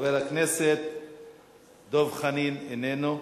חבר הכנסת דב חנין, איננו.